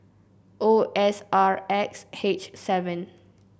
O S R X H seven